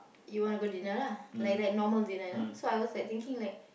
you want to go dinner lah like like normal dinner you know so I was like thinking like